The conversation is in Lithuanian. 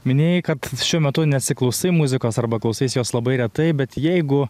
minėjai kad šiuo metu nesiklausai muzikos arba klausaisi jos labai retai bet jeigu